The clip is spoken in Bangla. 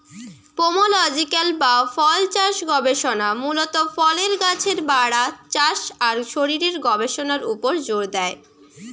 পোমোলজিক্যাল বা ফলচাষ গবেষণা মূলত ফলের গাছের বাড়া, চাষ আর শরীরের গবেষণার উপর জোর দেয়